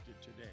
today